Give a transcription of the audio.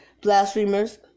blasphemers